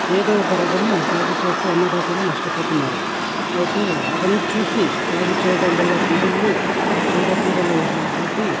ఏదో ఒక రకమే సాగు చేస్తూ అన్నదాతలు నష్టపోతున్నారు అయితే అదను చూసి సాగు చేయటం వల్ల తెగుళ్ళు చీడపీడల ఉద్ ఉద్ధృతి